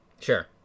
Sure